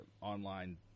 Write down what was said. online